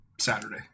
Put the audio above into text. Saturday